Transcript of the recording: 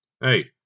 Hey